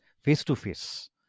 face-to-face